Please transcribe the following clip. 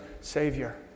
Savior